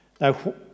Now